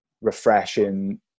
refreshing